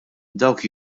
dawk